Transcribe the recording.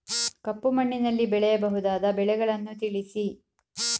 ಕಪ್ಪು ಮಣ್ಣಿನಲ್ಲಿ ಬೆಳೆಯಬಹುದಾದ ಬೆಳೆಗಳನ್ನು ತಿಳಿಸಿ?